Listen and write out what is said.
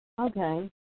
Okay